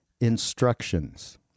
instructions